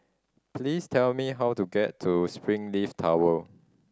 please tell me how to get to Springleaf Tower